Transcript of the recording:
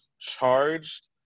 charged